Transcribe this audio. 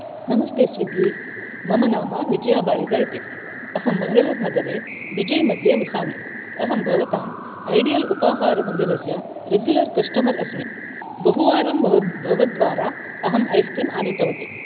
नमस्ते स्विग्गि मम नाम विजया बाळिगा इति अहम् मंगळूरुनगरे विजयमध्ये वसामि अहं भवताम् ऐडियल् उपाहारमन्दिरस्य रेग्युलर् कस्ट्मर् अस्मि बहुवारं भव भवद्वारा अहं ऐस्क्रीम् आनीतवति